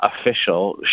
official